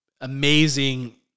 amazing